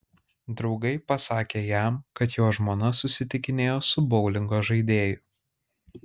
draugai pasakė jam kad jo žmona susitikinėjo su boulingo žaidėju